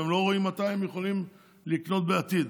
והם לא רואים מתי הם יוכלו לקנות בעתיד,